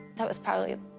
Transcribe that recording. that was probably ugh.